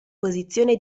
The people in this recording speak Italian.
posizione